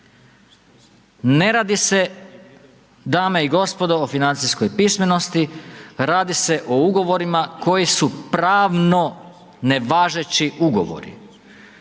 Ne radi se dame i gospodo, o financijskoj pismenosti, radi se o ugovorima koji su pravno nevažeći ugovori.